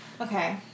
Okay